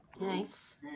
Nice